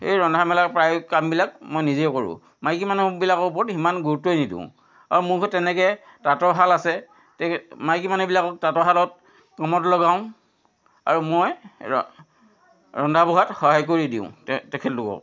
এই ৰন্ধা মেলা প্ৰায় কামবিলাক মই নিজে কৰোঁ মাইকী মানুহবিলাকৰ ওপৰত সিমান গুৰুত্বই নিদিওঁ আৰু মোৰ ঘৰত তেনেকৈ তাঁতৰ শাল আছে মাইকী মানুহবিলাকক তাঁতৰ শালত কামত লগাওঁ আৰু মই ৰ ৰন্ধা বঢ়াত সহায় কৰি দিওঁ তে তেখেতলোকক